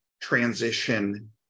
transition